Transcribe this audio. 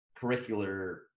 curricular